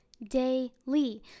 daily